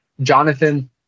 Jonathan